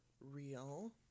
real